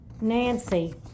Nancy